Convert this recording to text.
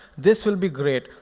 this will be great.